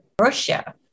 Russia